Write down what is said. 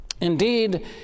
Indeed